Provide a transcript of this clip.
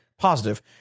Positive